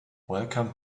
welcome